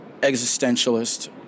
existentialist